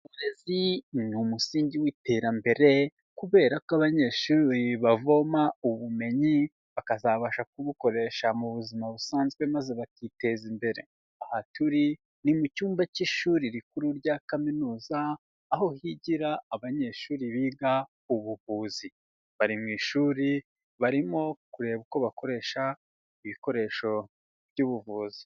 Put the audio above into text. Uburezi ni umusingi w'iterambere kubera ko abanyeshuri bavoma ubumenyi bakazabasha kubukoresha mu buzima busanzwe maze bakiteza imbere, aha turi ni mu cyumba cy'ishuri rikuru rya Kaminuza aho higira abanyeshuri biga ubuvuzi, bari mu ishuri barimo kureba uko bakoresha ibikoresho by'ubuvuzi.